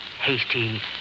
hasty